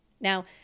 Now